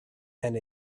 and